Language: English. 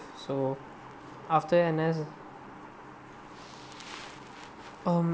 so after N_S um